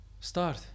start